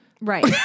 Right